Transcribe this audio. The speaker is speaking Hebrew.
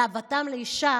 מאהבתם לאישה